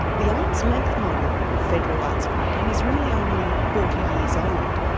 the arm's-length model of federal arts funding is really only forty years old.